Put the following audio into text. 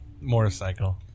Motorcycle